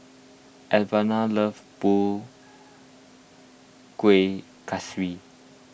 Alvera loves Kueh Kaswi